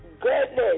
goodness